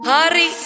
Hari